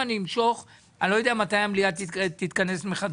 אם אני אמשוך את החוק אני לא יודע מתי המליאה תתכנס מחדש.